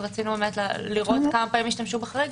רצינו לראות כמה פעמים השתמשו בחריג.